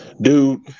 Dude